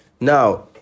now